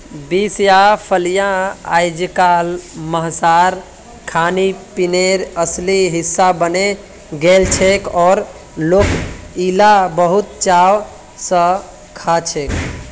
beans या फलियां अइजकाल हमसार खानपीनेर असली हिस्सा बने गेलछेक और लोक इला बहुत चाव स खाछेक